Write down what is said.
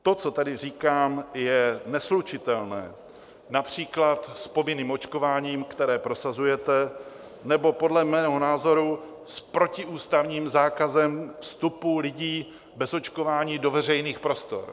To, co tady říkám, je neslučitelné například s povinným očkováním, které prosazujete, nebo podle mého názoru s protiústavním zákazem vstupu lidí bez očkování do veřejných prostor.